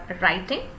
writing